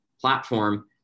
platform